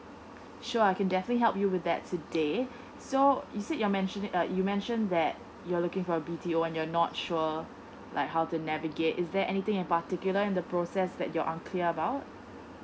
sure I can definitely help you with that today so is it you're mentioning uh you mention that you're looking for B T O and you're not sure like how to navigate is there anything in particular in the process that you're unclear about